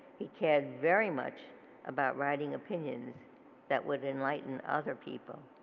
he cared very much about writing opinions that would enlighten other people.